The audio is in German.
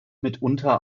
mitunter